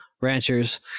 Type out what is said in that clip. ranchers